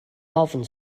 ofn